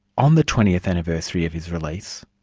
on the twentieth anniversary of his release,